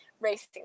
racing